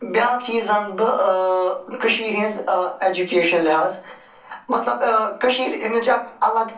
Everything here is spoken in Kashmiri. بیاکھ چیٖز وَنہٕ بہٕ کٔشیٖرِ ۂنٛز اٮ۪جوٗکیشَن لحاظ مطلب کٔشیٖرِ ۂنٛدیٚن چھِ اَکھ الگ